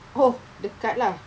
oh dekat lah